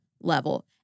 level